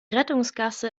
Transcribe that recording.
rettungsgasse